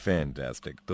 Fantastic